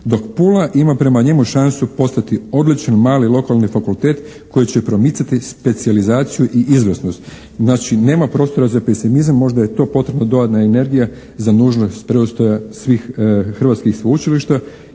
dok Pula prema njemu ima šansu postati odličan mali, lokalni fakultet koji će promicati specijalizaciju i izvrsnost. Znači, nema prostora za pesimizam, možda je to potrebno, dodatna energija za nužnost preustroja svih hrvatskih sveučilišta